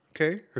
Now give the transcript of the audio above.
okay